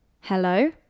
hello